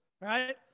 right